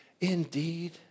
indeed